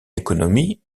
économie